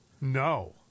No